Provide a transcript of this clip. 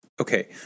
Okay